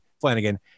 Flanagan